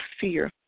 fear